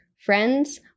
Friends